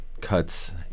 cuts